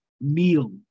meal